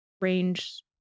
range